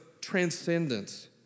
transcendence